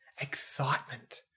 excitement